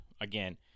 again